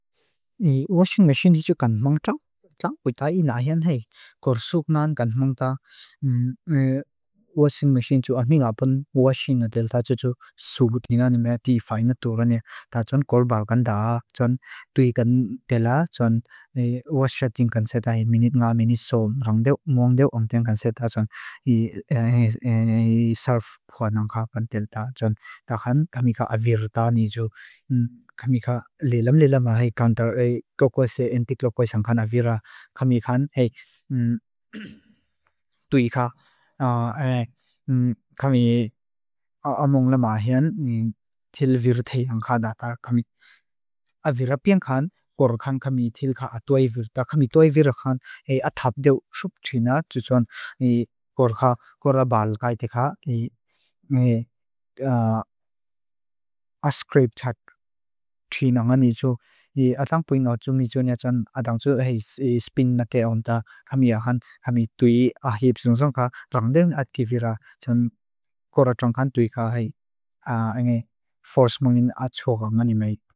Washing machine ni jo kanthmangta. Uitai naahen hai. Korsook nan kanthmangta. Washing machine jo admi ngaapan washing na delta. Soobu tingani mea teefai na toorani. Ta chon kor baagan daak. Chon tui kan tela. Chon wash setting kan seta hai. Minute nga, minute soam. Rang deo, mong deo, ong deo kan seta. Chon i sarf pua nan ka pan delta. Chon ta khan kami ka avirta ni jo. Kami ka lelam-lelam hai kantar. Koko se entik lokoisang kan avira. Kami kan tui ka, kami among la maahen til virtei nan ka data. Avira piang kan kor kan kami til ka atoay virta. Kami atoay vira kan. Athaap deo soop tui na. Chon kor baal kaiti ka. Ascrape tak tui na nga niju. Ataang pui na niju nga chon ataang tui spin na ke onda. Kami ahan, kami tui ahip soosong ka. Rang deng ati vira. Chon kor atong kan tui ka hai. Force mongin atso ka nga nimei.